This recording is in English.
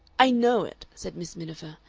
i know it, said miss miniver.